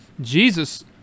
jesus